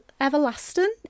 everlasting